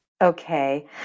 Okay